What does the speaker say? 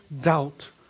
doubt